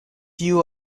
you